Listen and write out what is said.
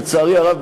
לצערי הרב,